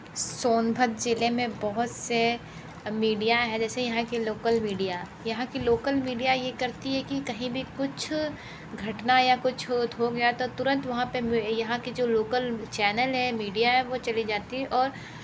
सोनभद्र ज़िले में बहुत से मीडिया है जैसे यहाँ की लोकल मीडिया यहाँ की लोकल मीडिया ये करती है कि कहीं भी कुछ घटना या कुछ हो गया तो तुरंत वहाँ पर यहाँ के जो लोकल चैनल हैं मीडिया है वो चली जाती है और